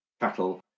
cattle